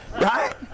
right